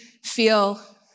feel